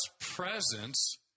presence